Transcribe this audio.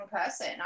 person